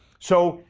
so,